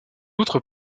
outre